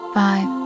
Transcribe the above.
five